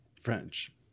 French